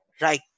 right